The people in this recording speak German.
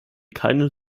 keine